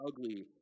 ugly